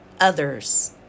others